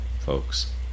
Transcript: folks